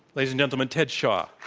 ladies and, and and ted shaw.